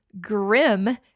grim